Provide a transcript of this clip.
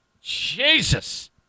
Jesus